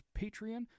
Patreon